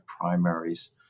primaries